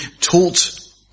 taught